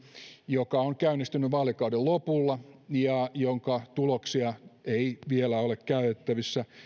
joka on käynnistynyt vaalikauden lopulla ja jonka tuloksia ei vielä ole käytettävissä